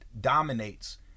dominates